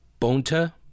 Bonta